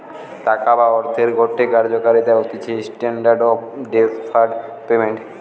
টাকা বা অর্থের গটে কার্যকারিতা হতিছে স্ট্যান্ডার্ড অফ ডেফার্ড পেমেন্ট